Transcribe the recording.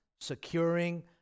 securing